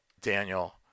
daniel